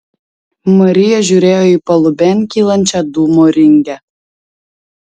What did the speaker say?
marija žiūrėjo į palubėn kylančią dūmo ringę